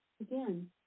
Again